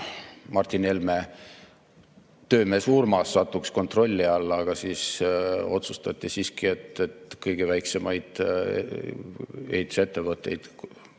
Martin Helme töömees Urmas satuks kontrolli alla –, aga siis otsustati siiski, et kõige väiksemaid ehitusettevõtteid